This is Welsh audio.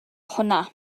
hwnna